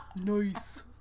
nice